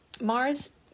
Mars